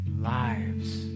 lives